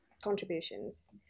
contributions